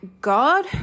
God